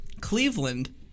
cleveland